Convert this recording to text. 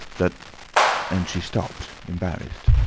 that and she stopped embarrassed.